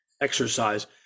exercise